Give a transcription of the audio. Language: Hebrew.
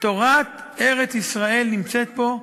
תורת ארץ-ישראל נמצאת פה,